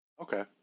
okay